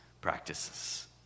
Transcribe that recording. practices